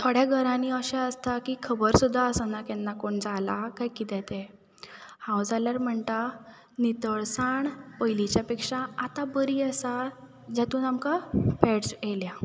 थोड्या घरांनी अशें आसता की खबर सुद्दां आसना केन्ना कोण जाला काय कितें तें हांव जाल्यार म्हणटा नितळसाण पयलींच्या पेक्षा आतां बरी आसा जेतून आमकां पॅड्स येयल्यात